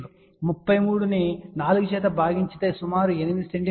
33 ను 4 చే భాగించితే సుమారు 8 సెం